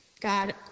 god